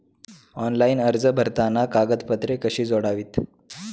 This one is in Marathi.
ऑनलाइन अर्ज भरताना कागदपत्रे कशी जोडावीत?